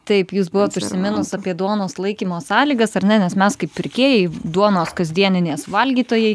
taip jūs buvo užsiminus apie duonos laikymo sąlygas ar ne nes mes kaip pirkėjai duonos kasdieninės valgytojai